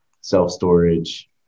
self-storage